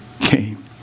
came